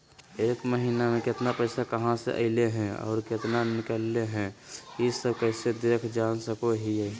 एक महीना में केतना पैसा कहा से अयले है और केतना निकले हैं, ई सब कैसे देख जान सको हियय?